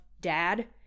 dad-